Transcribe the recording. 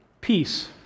Peace